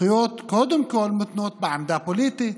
זכויות קודם כול מותנות בעמדה פוליטית,